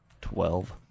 Twelve